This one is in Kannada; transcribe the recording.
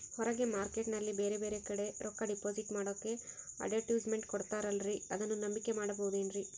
ಹೊರಗೆ ಮಾರ್ಕೇಟ್ ನಲ್ಲಿ ಬೇರೆ ಬೇರೆ ಕಡೆ ರೊಕ್ಕ ಡಿಪಾಸಿಟ್ ಮಾಡೋಕೆ ಅಡುಟ್ಯಸ್ ಮೆಂಟ್ ಕೊಡುತ್ತಾರಲ್ರೇ ಅದನ್ನು ನಂಬಿಕೆ ಮಾಡಬಹುದೇನ್ರಿ?